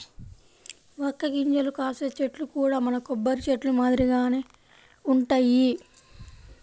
వక్క గింజలు కాసే చెట్లు కూడా మన కొబ్బరి చెట్లు మాదిరిగానే వుంటయ్యి